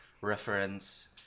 reference